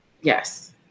yes